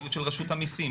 פעילות של רשות המסים,